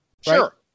Sure